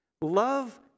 Love